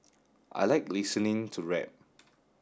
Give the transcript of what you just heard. I like listening to rap